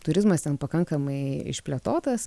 turizmas ten pakankamai išplėtotas